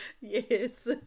Yes